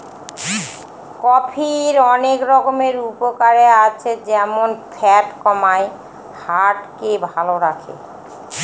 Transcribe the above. কফির অনেক রকমের উপকারে আছে যেমন ফ্যাট কমায়, হার্ট কে ভালো করে